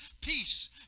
peace